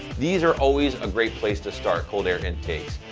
these are always a great place to start, cold air intakes.